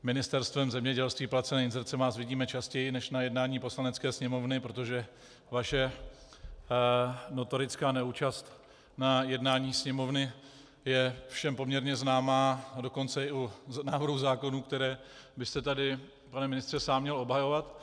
Ministerstvem zemědělstvím placené inzerce vás vidíme častěji než na jednání Poslanecké sněmovny, protože vaše notorická neúčast na jednání Sněmovny je všem poměrně známá, a dokonce i u návrhů zákonů, které byste tady, pane ministře, sám měl obhajovat.